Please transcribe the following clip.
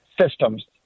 systems